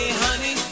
honey